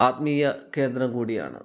ആത്മീയ കേന്ദ്രം കൂടിയാണ്